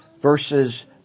verses